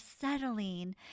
settling